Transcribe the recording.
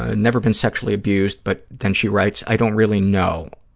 ah never been sexually abused, but then she writes, i don't really know,